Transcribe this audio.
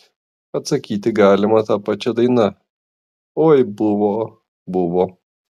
atsakyti galima ta pačia daina oi buvo buvo